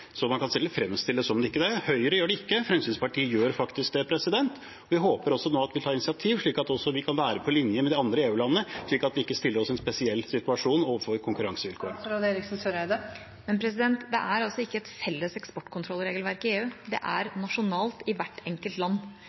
Man kan selvfølgelig fremstille det som om vi ikke gjør det – Høyre gjør det ikke, Fremskrittspartiet gjør faktisk det. Vi håper nå at en vil ta initiativ slik at vi kan være på linje med EU-landene, slik at vi ikke stiller oss i en spesiell situasjon i konkurransen. Men det er altså ikke et felles eksportkontrollregelverk i EU. Det er nasjonalt, i hvert enkelt land.